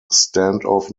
standoff